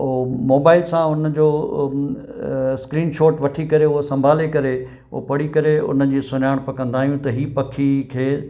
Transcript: ओ mobile सां उन जो स्क्रीनशॉट वठी करे उहो संभाले करे उहो पढ़ी करे उन्हनि जी सुञाणप कंदा आहियूं त हीअ पखी खे